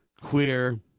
queer